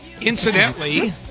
incidentally